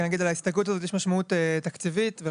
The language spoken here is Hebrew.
אני אגיד שלהסתייגות הזאת יש משמעות תקציבית על